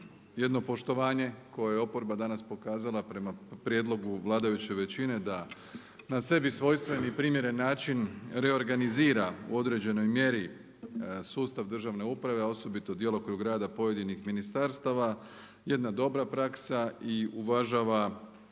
jedno poštovanje koje je oporba danas pokazala prema prijedlogu vladajuće većine da na sebi svojstven i primjeren način reorganizira u određenoj mjeri sustav državne uprave a osobito djelokrug rada pojedinih ministarstava, jedna dobra praksa i uvažava